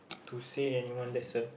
to say anyone there is a